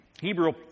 Hebrew